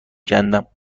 کندم